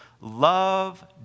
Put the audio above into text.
love